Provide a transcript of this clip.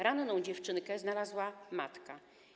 Ranną dziewczynkę znalazła matka.